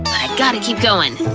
i gotta keep going!